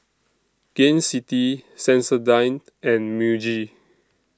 Gain City Sensodyne and Muji